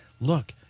look